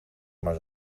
maar